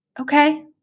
okay